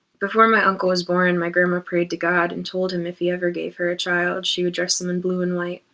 before my uncle was born my grandma prayed to god and told him if he gave her a child she would dress them in blue and white,